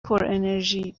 پرانرژی